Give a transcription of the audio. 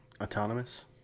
Autonomous